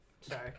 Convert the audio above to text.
Sorry